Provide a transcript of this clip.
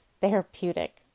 therapeutic